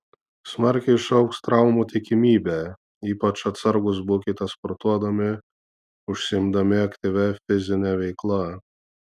smarkiai išaugs traumų tikimybė ypač atsargūs būkite sportuodami užsiimdami aktyvia fizine veikla